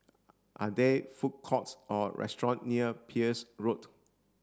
are there food courts or restaurants near Peirce Road